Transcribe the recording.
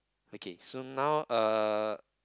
okay so now uh